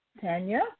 Tanya